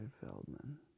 Feldman